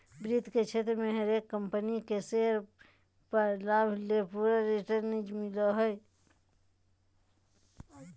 वित्त के क्षेत्र मे हरेक कम्पनी के शेयर पर लाभ ले पूरा रिटर्न मिलो हय